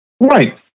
Right